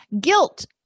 Guilt